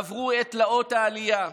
עברו את תלאות העלייה,